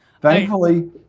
Thankfully